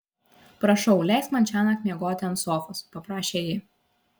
prašau leisk man šiąnakt miegoti ant sofos paprašė ji